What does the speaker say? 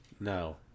No